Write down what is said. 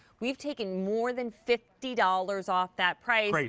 we have taken more than fifty dollars off that price.